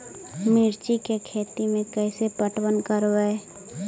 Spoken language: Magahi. मिर्ची के खेति में कैसे पटवन करवय?